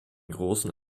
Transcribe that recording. großen